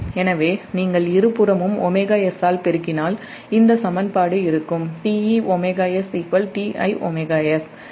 எனவே நீங்கள் இருபுறமும் ωs பெருக்கினால் இந்த சமன்பாடு Teωs Tiωs இருக்கும்